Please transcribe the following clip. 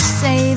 say